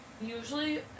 usually